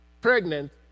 pregnant